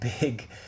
big